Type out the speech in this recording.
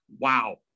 wow